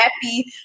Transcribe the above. happy